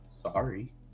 sorry